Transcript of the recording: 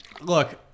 look